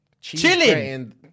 Chilling